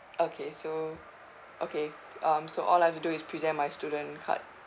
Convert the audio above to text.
okay so okay um so all I've to do is present my student card